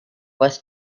was